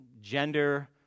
gender